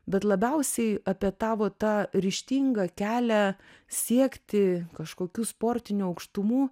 bet labiausiai apie tavo tą ryžtingą kelią siekti kažkokių sportinių aukštumų